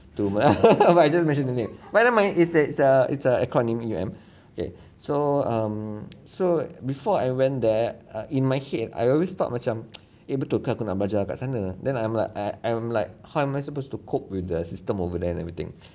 to but I just mention the name but never mind it's it's a it's a acronym U_M okay so um so before I went there in my head I always thought macam able to kan aku nak belajar kat sana then I'm like I I'm like how am I supposed to cope with the system over there and everything